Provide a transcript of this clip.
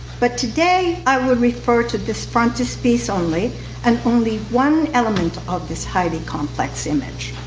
but today i would refer to this frontispiece only and only one element of this highly complex image.